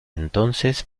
entonces